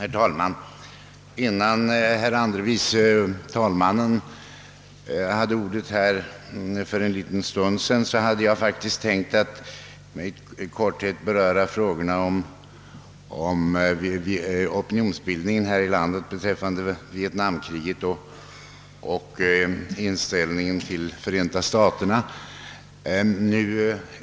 Herr talman! Innan herr förste vice talmannen hade ordet här för en liten stund sedan, hade jag tänkt att i korthet beröra frågan om opinionsbildningen här i landet beträffande vietnamkriget och inställningen till Förenta staterna.